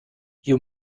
you